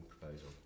proposal